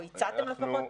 או הצעתם לפחות,